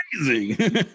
Amazing